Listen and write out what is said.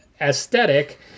aesthetic